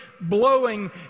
blowing